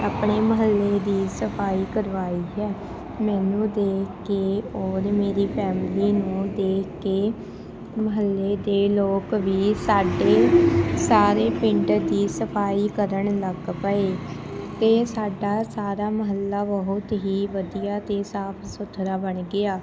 ਆਪਣੇ ਮੁਹੱਲੇ ਦੀ ਸਫਾਈ ਕਰਵਾਈ ਹੈ ਮੈਨੂੰ ਦੇਖ ਕੇ ਔਰ ਮੇਰੀ ਫੈਮਲੀ ਨੂੰ ਦੇਖ ਕੇ ਮੁਹੱਲੇ ਦੇ ਲੋਕ ਵੀ ਸਾਡੇ ਸਾਰੇ ਪਿੰਡ ਦੀ ਸਫਾਈ ਕਰਨ ਲੱਗ ਪਏ ਅਤੇ ਸਾਡਾ ਸਾਰਾ ਮੁਹੱਲਾ ਬਹੁਤ ਹੀ ਵਧੀਆ ਅਤੇ ਸਾਫ ਸੁਥਰਾ ਬਣ ਗਿਆ